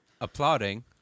applauding